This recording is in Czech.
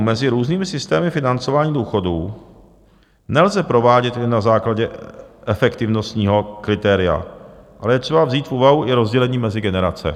Volbu mezi různými systémy financování důchodů nelze provádět jen na základě efektivnostního kritéria, ale je třeba vzít v úvahu i rozdělení mezi generace.